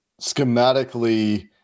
schematically